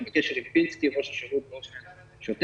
אנחנו בקשר עם פינסקי, ראש השירות, באופן שוטף.